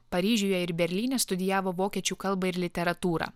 paryžiuje ir berlyne studijavo vokiečių kalbą ir literatūrą